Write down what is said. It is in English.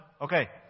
Okay